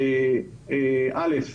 ראשית,